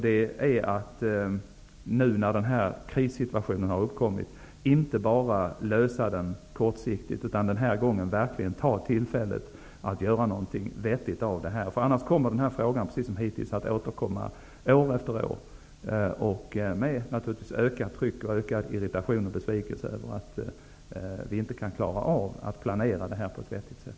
Det är att inte bara lösa den krissituationen som har uppkommit kortsiktigt, utan att den här gången verkligen ta tillfället att göra något vettigt av detta. Annars kommer den här frågan, precis som hittills, att återkomma år efter år med ökat tryck och ökad irritation och besvikelse över att vi inte kan klara av att planera detta på ett vettigt sätt.